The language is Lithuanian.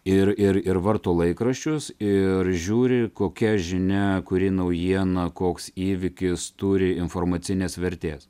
ir ir ir varto laikraščius ir žiūri kokia žinia kuri naujiena koks įvykis turi informacinės vertės